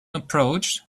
approached